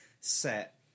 set